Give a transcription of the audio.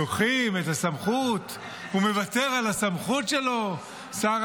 לוקחים את הסמכות, הוא מוותר על הסמכות שלו, שר